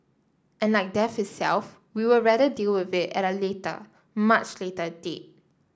and like death itself we would rather deal with it at a later much later date